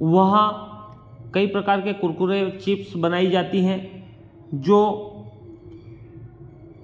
वहाँ कई प्रकार के कुरकुरे चिप्स बनाई जाती हैं जो